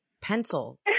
pencil